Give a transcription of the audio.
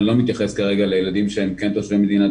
אני לא מתייחס כרגע לילדים שהם כן תושבי מדינת